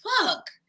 Fuck